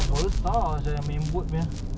what the fuck todak menja~